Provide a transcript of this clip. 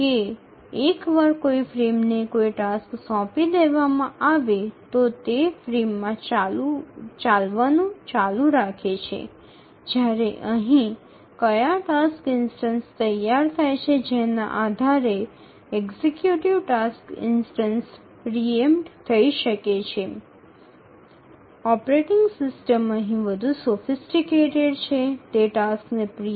যে কোনও ফ্রেমের কোনও কাজ নির্ধারিত হয়ে গেলে এটি সেই ফ্রেমে চলতে থাকবে এখানে কোন টাস্ক ইনস্ট্যান্সটি প্রস্তুত হয় তার উপর নির্ভর করে এক্সিকিউটিভ টাস্ক ইন্সট্যান্স প্রথম থেকেই খালি হয়ে যেতে পারে